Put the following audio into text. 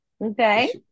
Okay